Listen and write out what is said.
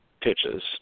pitches